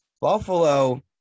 Buffalo